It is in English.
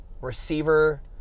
receiver